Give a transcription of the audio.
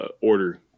order